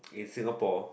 in Singapore